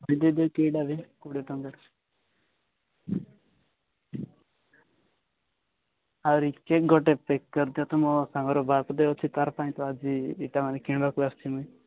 କୋଡ଼ିଏ ଟଙ୍କା ଆହୁରି ପେକ୍ କରିଦିଅ ମୋ ସାଙ୍ଗର ବାଥ୍ ଡେ ଅଛି ତାରି ପାଇଁ ଆଜି ଏଇଟା ମାନେ କିଣିବାକୁ ଆସିଛି ମୁଁ